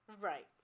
Right